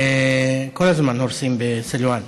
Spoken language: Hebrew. כל הזמן הורסים בסלוואן,